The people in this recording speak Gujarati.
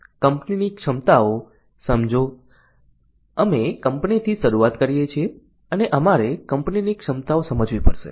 કંપનીની ક્ષમતાઓ સમજો અમે કંપનીથી શરૂઆત કરીએ છીએ અને અમારે કંપનીની ક્ષમતાઓ સમજવી પડશે